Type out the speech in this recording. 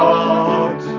God